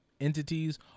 entities